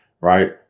Right